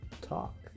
talk